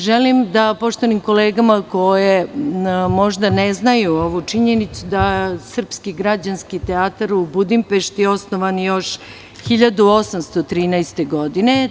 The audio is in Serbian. Želim da poštovanim kolegama koje možda ne znaju ovu činjenicu da kažem da je Srpski građanski teatar u Budimpešti osnovan još 1813. godine.